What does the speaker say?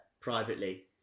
privately